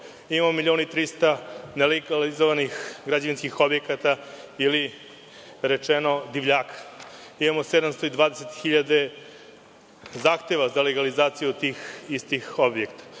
imamo 1.300.000 nelegalizovanih građevinskih objekata ili, uslovno rečeno, divljaka. Imamo 720.000 zahteva za legalizaciju tih istih objekata.